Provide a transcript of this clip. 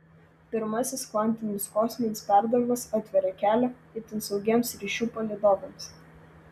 pirmasis kvantinis kosminis perdavimas atveria kelią itin saugiems ryšių palydovams